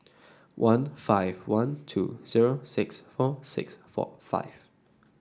one five one two zero six four six four five